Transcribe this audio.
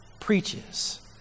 preaches